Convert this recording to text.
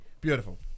beautiful